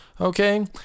Okay